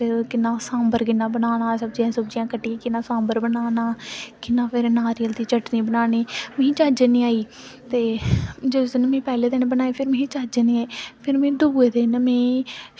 होर कुदै जाइयै सानूं खाने चाहिदे गोलगफ्फे ते ओह् निं सानूं शैल लगदे ते जियां साढ़े कॉलेज़ दे बाहर दौ दकानां न इक्क दे ते बड़े सोआदले लगदे दूऐ दे बी शैल न लेकिन जियां ओह्दे मोमोज़ ना